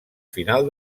final